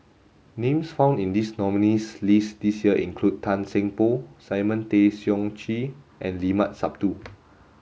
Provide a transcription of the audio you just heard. names found in the nominees' list this year include Tan Seng Poh Simon Tay Seong Chee and Limat Sabtu